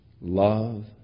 Love